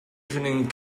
evening